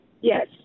Yes